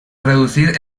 reducir